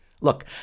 Look